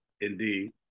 Indeed